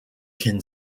can